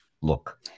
look